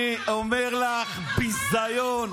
אני אומר לך, ביזיון.